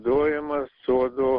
naudojamas sodo